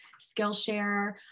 Skillshare